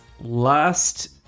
last